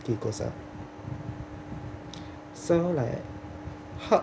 negativity goes ah so like how